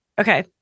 Okay